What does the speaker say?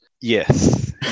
yes